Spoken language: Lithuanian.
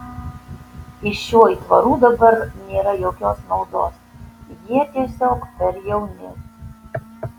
iš šių aitvarų dabar nėra jokios naudos jie tiesiog per jauni